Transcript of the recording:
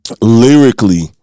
lyrically